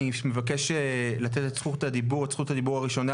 אני מבקשת לתת את זכות הדיבור הראשונה,